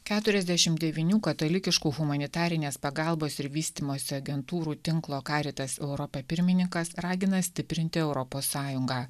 keturiasdešim devynių katalikiškų humanitarinės pagalbos ir vystymosi agentūrų tinklo karitas europa pirmininkas ragina stiprinti europos sąjungą